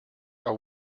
are